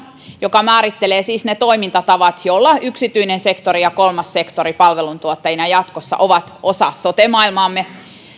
joka määrittelee siis ne toimintatavat joilla yksityinen sektori ja kolmas sektori palveluntuottajina jatkossa ovat osa sote maailmaamme